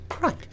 right